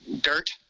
dirt